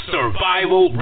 Survival